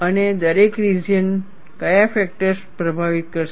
અને દરેક રિજિયન કયા ફેક્ટર્સ પ્રભાવિત કરશે